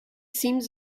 seems